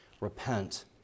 repent